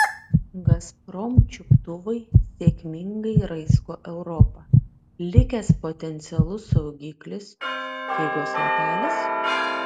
gazprom čiuptuvai sėkmingai raizgo europą likęs potencialus saugiklis figos lapelis